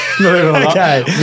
Okay